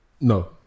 no